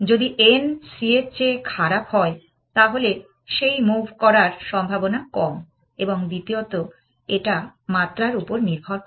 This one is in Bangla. যদি n c এর চেয়ে খারাপ হয় তাহলে সেই মুভ করার সম্ভাবনা কম এবং দ্বিতীয়ত এটা মাত্রার উপর নির্ভর করে